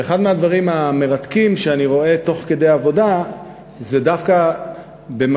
ואחד מהדברים המרתקים שאני רואה תוך כדי עבודה זה דווקא שבמקום